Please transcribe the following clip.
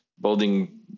building